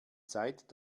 zeit